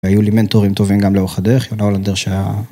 והיו לי מנטורים טובים גם לאורך הדרך, יונה הולנדר שהיה...